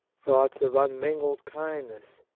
thoughts of unmingled kindness,